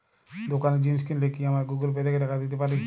দোকানে জিনিস কিনলে কি আমার গুগল পে থেকে টাকা দিতে পারি?